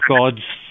gods